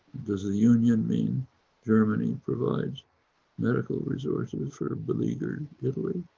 does the union mean germany provides medical resources for ah beleaguered italy?